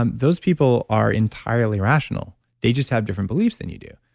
um those people are entirely rational. they just have different beliefs than you do.